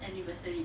anniversary